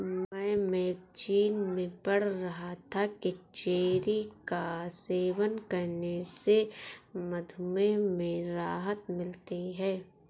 मैं मैगजीन में पढ़ रहा था कि चेरी का सेवन करने से मधुमेह से राहत मिलती है